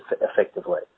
effectively